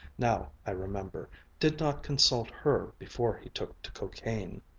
now i remember did not consult her before he took to cocaine.